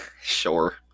sure